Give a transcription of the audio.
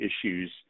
issues